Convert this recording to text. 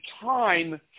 time